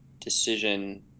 decision